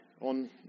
On